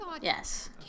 Yes